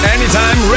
Anytime